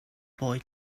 boy